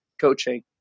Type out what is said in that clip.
coaching